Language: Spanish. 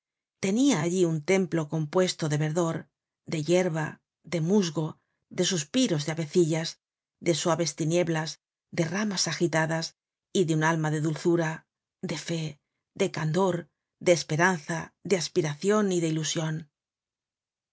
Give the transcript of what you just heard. tenia allí un templo compuesto de verdor de yerba de musgo de suspiros de avecillas de suaves tinieblas de ramas agitadas y un alma de dulzura de fe de candor de esperanza de aspiracion y de ilusion